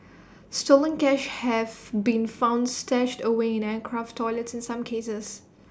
stolen cash have been found stashed away in aircraft toilets in some cases